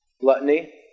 Gluttony